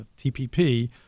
TPP